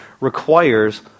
requires